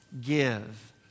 Give